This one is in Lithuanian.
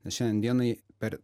šiandien dienai per